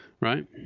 Right